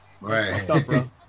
Right